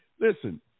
Listen